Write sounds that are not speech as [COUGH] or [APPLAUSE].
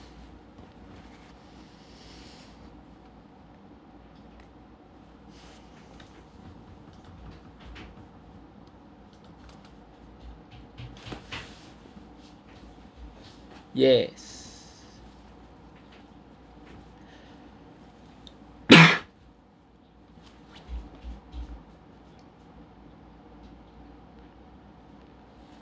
yeah [NOISE]